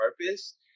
purpose